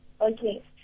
Okay